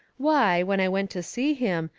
why, when i went to see him,